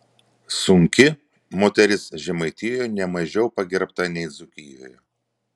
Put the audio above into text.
sunki moteris žemaitijoje ne mažiau pagerbta nei dzūkijoje